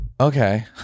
okay